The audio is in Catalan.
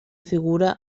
figura